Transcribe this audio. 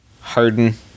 Harden